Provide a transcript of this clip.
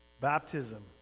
Baptism